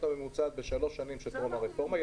הממוצעת בשלוש השנים שקדמו לרפורמה.